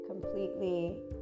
completely